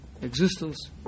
existence